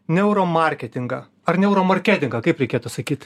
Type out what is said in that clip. neuromarketingą ar neuromarketingą kaip reikėtų sakyt